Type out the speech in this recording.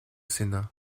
sénat